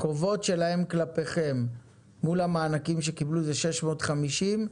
החובות שלהם כלפיכם מול המענקים שקיבלו זה 650,